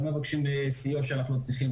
לא מבקשים סיוע כשאנחנו צריכים.